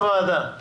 פה בוועדה.